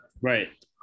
right